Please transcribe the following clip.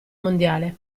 mondiale